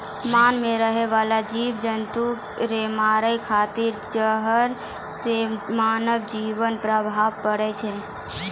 मान मे रहै बाला जिव जन्तु रो मारै खातिर जहर से मानव जिवन प्रभावित पड़ै छै